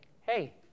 hey